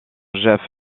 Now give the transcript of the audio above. jeff